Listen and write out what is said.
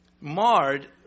Marred